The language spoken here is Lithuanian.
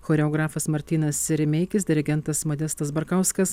choreografas martynas rimeikis dirigentas modestas barkauskas